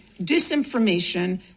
disinformation